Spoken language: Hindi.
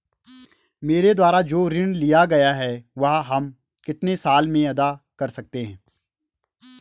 मेरे द्वारा जो ऋण लिया गया है वह हम कितने साल में अदा कर सकते हैं?